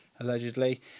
allegedly